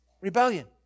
rebellion